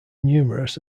numerous